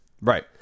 Right